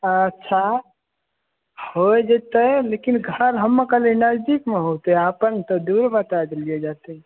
अच्छा होइ जेतै लेकिन घर हम कहलियै नजदीकमे होतै अपने तऽ दूर बता दलियै जते